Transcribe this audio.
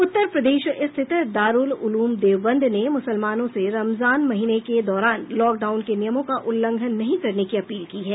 उत्तर प्रदेश स्थित दारूल उलूम देवबंद ने मुसलमानों से रमजान महीने के दौरान लाक डाउन के नियमों का उल्लंघन नहीं करने की अपील की है